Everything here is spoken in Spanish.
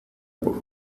por